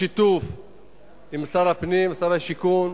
בשיתוף עם שר הפנים ושר השיכון,